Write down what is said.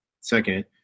Second